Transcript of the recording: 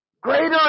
Greater